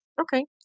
Okay